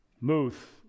Muth